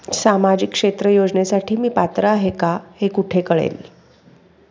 सामाजिक क्षेत्र योजनेसाठी मी पात्र आहे का हे कुठे कळेल?